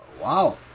Wow